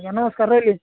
ଆଜ୍ଞା ନମସ୍କାର ରହିଲି